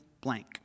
blank